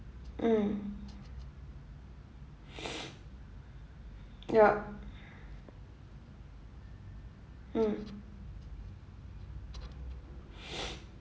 mm yup mm